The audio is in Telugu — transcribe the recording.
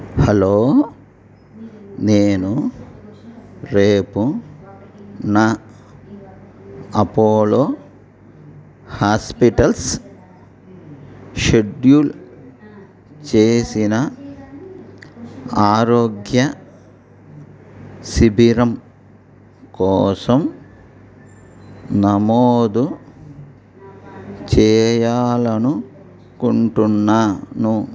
హలో నేను రేపు నా అపోలో హాస్పిటల్స్ షెడ్యూల్ చేసిన ఆరోగ్య శిబిరం కోసం నమోదు చేయాలనుకుంటున్నాను